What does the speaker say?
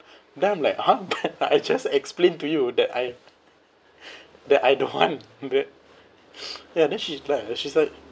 then I'm like !huh! but I just explain to you that I that I don't want ya then she's like she's like